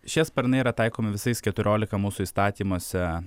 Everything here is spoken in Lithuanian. šie sparnai yra taikomi visais keturiolika mūsų įstatymuose